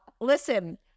listen